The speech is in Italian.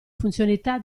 funzionalità